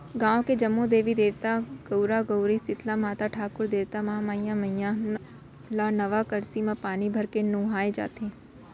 गाँव के जम्मो देवी देवता, गउरा गउरी, सीतला माता, ठाकुर देवता, महामाई मईया ल नवा करसी म पानी भरके नहुवाए जाथे